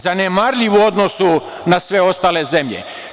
Zanemarljiv u odnosu na sve ostale zemlje.